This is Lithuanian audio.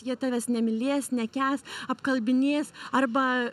jie tavęs nemylės nekęs apkalbinės arba